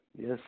Yes